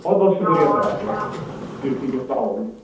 بہت بہت شکریہ سر آپ کا جی ٹھیک ہے سلام علیکم